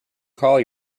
call